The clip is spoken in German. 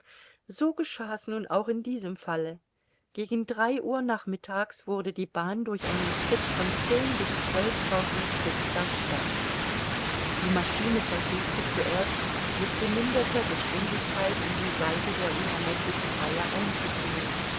so geschah's nun auch in diesem falle gegen drei uhr nachmittags wurde die bahn durch einen trupp von zehn bis zwölftausend stück versperrt die maschine versuchte zuerst mit geminderter geschwindigkeit in die seite der unermeßlichen reihe einzudringen